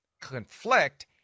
conflict